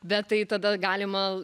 bet tai tada galima